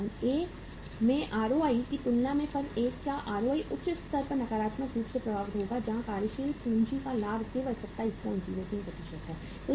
firm A में ROI की तुलना में फर्म A का ROI उच्च स्तर पर नकारात्मक रूप से प्रभावित होगा जहां कार्यशील पूंजी का लाभ केवल 2703 है